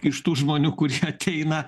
iš tų žmonių kurie ateina